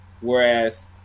Whereas